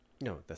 No